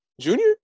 junior